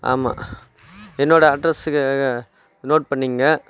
ஆமாம் என்னோடய அட்ரஸுக்கு நோட் பண்ணிகோங்க